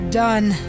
done